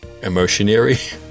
emotionary